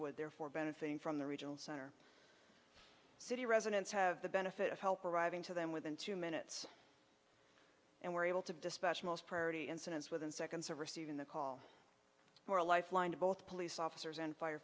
would therefore benefiting from the regional center city residents have the benefit of help arriving to them within two minutes and were able to dispatch most priority incidents within seconds of receiving the call or a lifeline to both police officers and fire